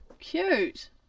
Cute